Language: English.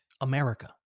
America